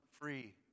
free